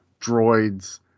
droids